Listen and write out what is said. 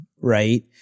Right